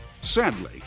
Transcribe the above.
Sadly